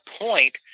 point